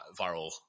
viral